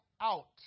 out